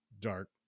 dark